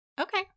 Okay